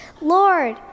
Lord